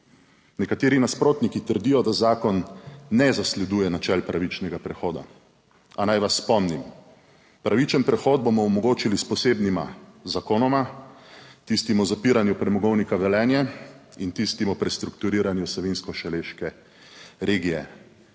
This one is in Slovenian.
Nekateri nasprotniki trdijo, da zakon ne zasleduje načel pravičnega prehoda, a naj vas spomnim, pravičen prehod bomo omogočili s posebnima zakonoma, tistim o zapiranju Premogovnika Velenje in tistim o prestrukturiranju Savinjsko Šaleške regije.